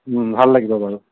ভাল লাগিব বাৰু